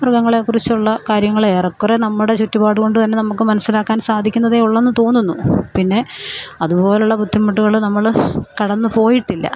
മൃഗങ്ങളെ കുറിച്ചുള്ള കാര്യങ്ങൾ ഏറെകുറെ നമ്മുടെ ചുറ്റുപാടുകൊണ്ട് തന്നെ നമുക്ക് മനസിലാക്കാൻ സാധിക്കുന്നതേയുള്ളന്ന് തോന്നുന്നു പിന്നെ അതുപോലുള്ള ബുദ്ധിമുട്ടുകള് നമ്മള് കടന്നുപോയിട്ടില്ല